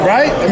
Right